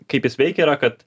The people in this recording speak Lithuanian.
kaip jis veikia yra kad